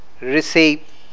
receive